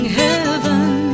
heaven